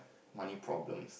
money problems